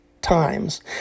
times